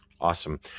Awesome